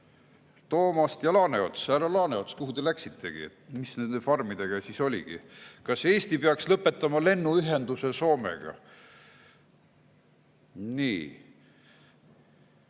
Toomast ja Laaneots. Härra Laaneots, kuhu te läksite? Mis nende farmidega siis oli? Kas Eesti peaks lõpetama lennuühenduse Soomega? Nii.